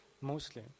mostly